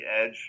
edge